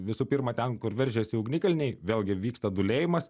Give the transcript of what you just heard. visų pirma ten kur veržiasi ugnikalniai vėlgi vyksta dūlėjimas